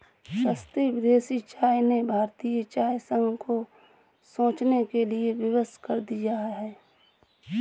सस्ती विदेशी चाय ने भारतीय चाय संघ को सोचने के लिए विवश कर दिया है